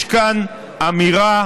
יש כאן אמירה,